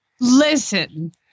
Listen